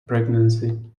pregnancy